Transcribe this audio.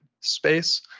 space